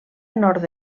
nord